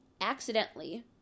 accidentally